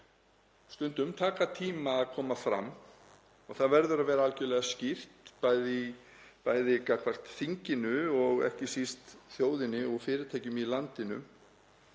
stundum tíma að koma fram og það verður að vera algerlega skýrt, bæði gagnvart þinginu og ekki síst þjóðinni og fyrirtækjum í landinu,